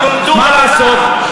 מה לעשות?